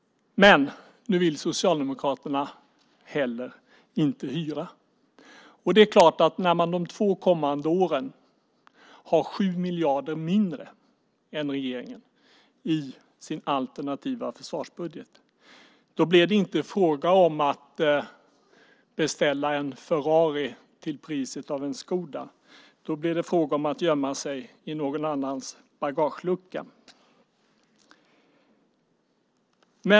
Men nu vill Socialdemokraterna inte heller hyra. När man de två kommande åren har 7 miljarder mindre än regeringen i sin alternativa försvarsbudget blir det inte fråga om att beställa en Ferrari till priset av en Skoda, utan då blir det fråga om att gömma sig i någon annans bagagelucka.